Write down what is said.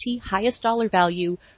highest-dollar-value